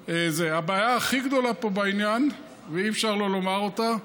הבעיה הכי גדולה פה בעניין, ואי-אפשר לומר אותה,